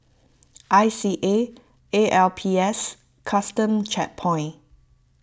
I C A A L P S Custom Checkpoint